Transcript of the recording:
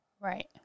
Right